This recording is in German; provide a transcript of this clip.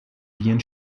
wien